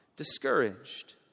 discouraged